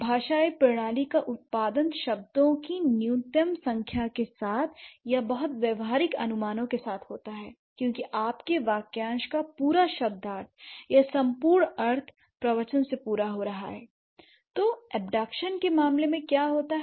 भाषाई प्रणाली का उत्पादन शब्दों की न्यूनतम संख्या के साथ या बहुत व्यावहारिक अनुमानों के साथ होता है क्योंकि आपके वाक्यांश का पूरा शब्दार्थ या संपूर्ण अर्थ प्रवचन से पूरा हो रहा है l तो अबडकसन के मामले में क्या होता है